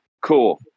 cool